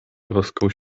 troskał